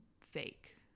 fake